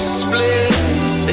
split